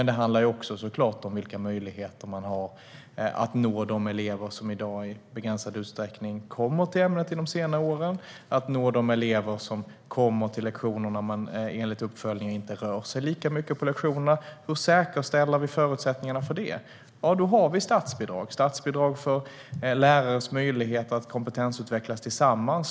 Det handlar också om vilka möjligheter man har att nå de elever som i dag i begränsad utsträckning kommer till lektionerna i ämnet i de senare årskurserna och de elever som kommer till lektionerna men enligt uppföljningen inte rör sig lika mycket på lektionerna. Hur säkerställer vi förutsättningarna för detta? Vi har statsbidrag för lärares möjligheter att kompetensutvecklas tillsammans.